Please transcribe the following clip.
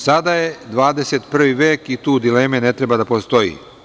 Sada je 21. vek i tu dileme ne treba da postoji.